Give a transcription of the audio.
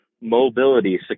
mobility